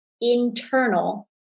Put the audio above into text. internal